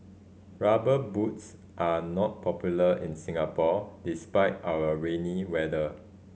Rubber Boots are not popular in Singapore despite our rainy weather